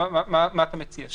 מה אתה מציע?